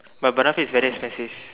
but Banafee is very expensive